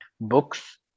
books